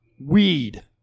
weed